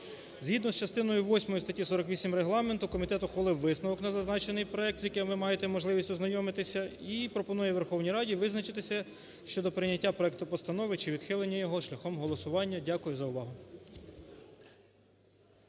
Згідно з частиною восьмою статті 48 Регламенту комітет ухвалив висновок на зазначений проект, з яким ви маєте можливість ознайомитися, і пропонує Верховній Раді визначитися щодо прийняття проекту постанови чи відхиленням його шляхом голосування. Дякую за увагу.